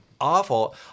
awful